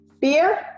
Beer